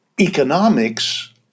economics